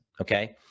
Okay